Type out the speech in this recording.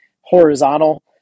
horizontal